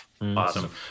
awesome